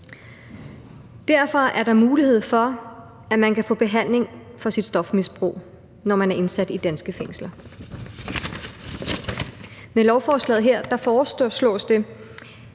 Derfor er der mulighed for, at man kan få behandling for sit stofmisbrug, når man er indsat i danske fængsler. Med lovforslaget her foreslås det,